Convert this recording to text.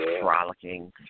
Frolicking